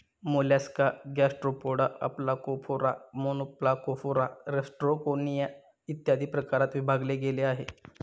Mollusca Gastropoda, Aplacophora, Monoplacophora, Rostroconchia, इत्यादी प्रकारात विभागले गेले आहे